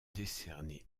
décernée